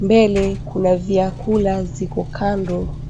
mbele kuna vyakula viko kando.